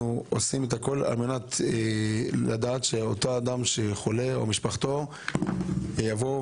עושים הכול למען אותו חולה ולמען בני משפחתו שבאים לבקר אותו,